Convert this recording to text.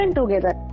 together